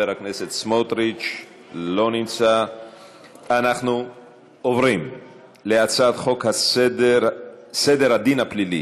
אנחנו עוברים להצעת החוק הבאה,